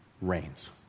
reigns